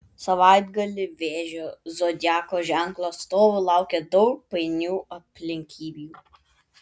savaitgalį vėžio zodiako ženklo atstovų laukia daug painių aplinkybių